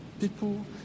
people